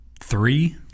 Three